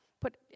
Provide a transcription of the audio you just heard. put